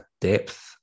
depth